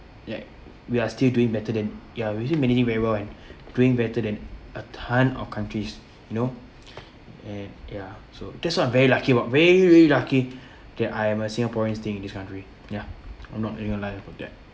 yet we are still doing better than ya we're still managing very well and doing better than a ton of countries know and ya so that's why I'm very lucky about very very lucky that I am a singaporean staying in this country ya I'm not going to lie about that